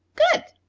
good!